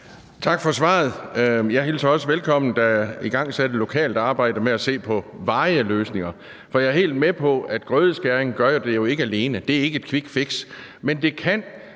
Tak for svaret. Jeg hilser det også velkommen, at der er igangsat et lokalt arbejde med at se på varige løsninger, for jeg er helt med på, at grødeskæring ikke gør det alene, og at det ikke er et quickfix. Men det kan